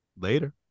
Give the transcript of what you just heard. Later